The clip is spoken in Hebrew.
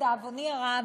לדאבוני הרב,